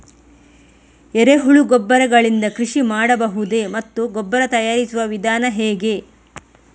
ಎರೆಹುಳು ಗೊಬ್ಬರ ಗಳಿಂದ ಕೃಷಿ ಮಾಡಬಹುದೇ ಮತ್ತು ಗೊಬ್ಬರ ತಯಾರಿಸುವ ವಿಧಾನ ಹೇಗೆ?